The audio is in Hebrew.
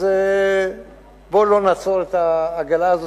אז בואו לא נעצור את העגלה הזאת,